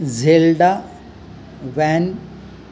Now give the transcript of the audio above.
zelda van